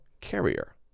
carrier